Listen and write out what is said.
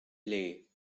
lay